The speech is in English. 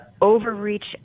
overreach